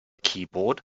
keyboard